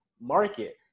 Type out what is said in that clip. market